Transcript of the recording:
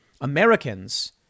Americans